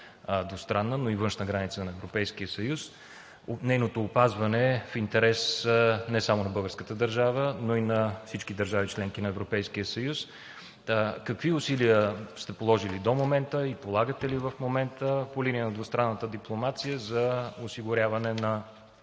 двустранна, но и външна граница на Европейския съюз? Нейното опазване е в интерес не само на българската държава, но и на всички държави – членки на Европейския съюз. Какви усилия сте положили до момента и полагате ли в момента по линия на двустранната дипломация за осигуряване